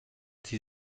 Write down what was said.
sie